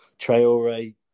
Traore